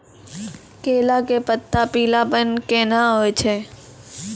केला के पत्ता पीलापन कहना हो छै?